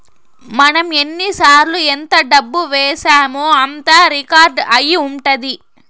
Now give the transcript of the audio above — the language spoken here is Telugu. మనం ఎన్నిసార్లు ఎంత డబ్బు వేశామో అంతా రికార్డ్ అయి ఉంటది